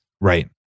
Right